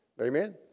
Amen